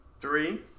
three